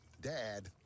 Dad